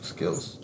Skills